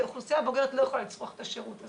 כי האוכלוסייה הבוגרת לא יכולה לצרוך את השירות הזה,